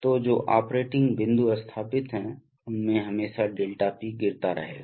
तो जो ऑपरेटिंग बिंदु स्थापित हैं उनमें हमेशा ∆P गिरता रहेगा